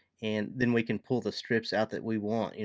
and then we can pull the strips out that we want, and